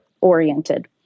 oriented